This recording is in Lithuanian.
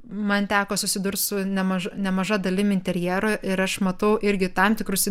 man teko susidurt su nemaž nemaža dalim interjero ir aš matau irgi tam tikrus